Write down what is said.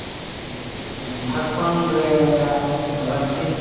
ᱡᱷᱟᱲᱠᱷᱚᱸᱰ ᱨᱮᱭᱟᱜ ᱨᱟᱺᱪᱤ